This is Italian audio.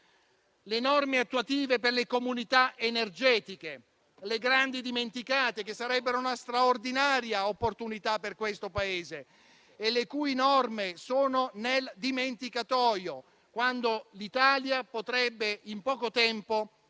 le norme attuative per le comunità energetiche, le grandi dimenticate, che sarebbero una straordinaria opportunità per questo Paese, ma che sono nel dimenticatoio, mentre l'Italia potrebbe in poco tempo